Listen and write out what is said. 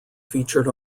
featured